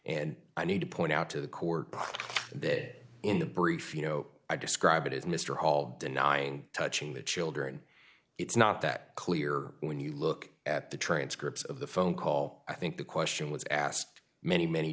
and i need to point out to the court a bit in the brief you know i describe it as mr hall denying touching the children it's not that clear when you look at the transcripts of the phone call i think the question was asked many many